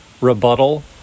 Rebuttal